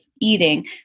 eating